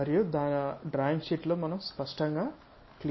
మరియు డ్రాయింగ్ షీట్లో స్పష్టంగా మెన్షన్ చేయాలి